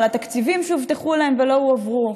או על התקציבים שהובטחו להם ולא הועברו,